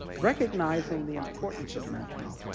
recognizing the importance of mentoring,